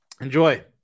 enjoy